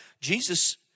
Jesus